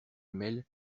mêle